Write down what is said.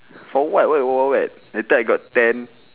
for what why you work with wild wild wet later I got tan